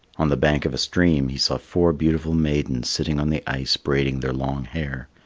on the bank of a stream he saw four beautiful maidens sitting on the ice braiding their long hair.